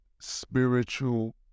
spiritual